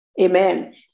Amen